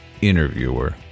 interviewer